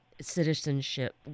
citizenship